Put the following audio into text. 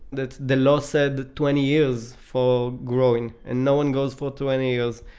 that the law said twenty years for growing and no one goes for twenty years.